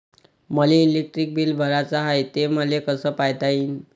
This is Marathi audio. मले इलेक्ट्रिक बिल भराचं हाय, ते मले कस पायता येईन?